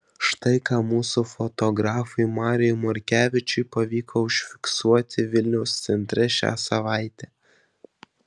štai ką mūsų fotografui mariui morkevičiui pavyko užfiksuoti vilniaus centre šią savaitę